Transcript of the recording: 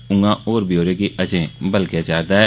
ऊआं होर ब्यौरे गी अजें बलगेआ जा'रदा ऐ